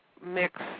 mix